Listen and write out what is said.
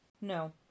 No